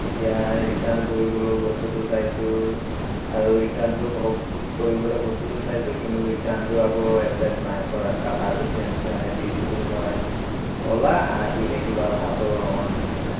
এতিয়া ৰিটাৰ্ণ কৰিবলৈও বস্তুটো চাইছোঁ আৰু ৰিটাৰ্ণটো হওক কৰিবলৈ বস্তুটো চাইছোঁ কিন্তু ৰিটাৰ্ণটো আকৌ এচ্ছেপ নাই কৰা কালাৰটো চেঞ্জ কাৰণে দিছিলোঁ মই ক'লা আহিলে কিবা ভাটৌৰ ৰঙৰ নিচিনা